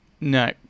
No